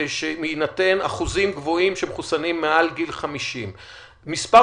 ובהינתן אחוזים גבוהים שמחוסנים מעל גיל 50 - מספר